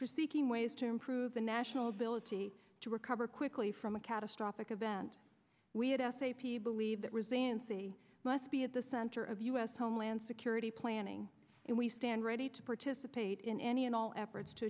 for seeking ways to improve the national ability to recover quickly from a catastrophic event we had f a p believe that resiliency must be at the center of u s homeland security planning and we stand ready to participate in any and all efforts to